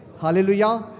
Hallelujah